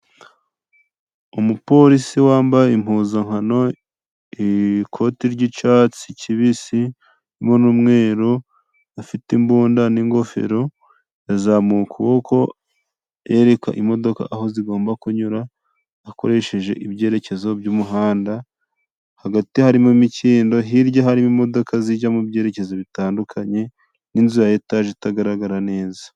Umupolisi wambaye impuzankano, ikoti ry'icyatsi kibisi, harimo n'umweru, afite imbunda n'ingofero, yazamuye ukuboko yereka imodoka aho zigomba kunyura, akoresheje ibyerekezo by'umuhanda, hagati harimo imikindo, hirya hari imodoka zijya mu byerekezo bitandukanye, n'inzu ya etage itagaragara neza.